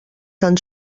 tan